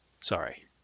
sorry